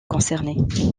concernées